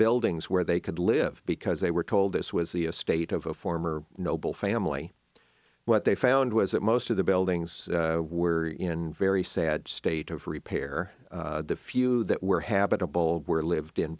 buildings where they could live because they were told this was the estate of a former noble family what they found was that most of the buildings were in very sad state of repair the few that were habitable were lived in